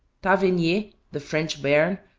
tavernier, the french baron,